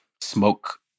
Smoke